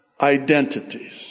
identities